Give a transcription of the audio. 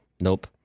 nope